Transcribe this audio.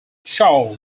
shaw